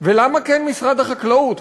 ולמה כן משרד החקלאות?